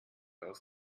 aus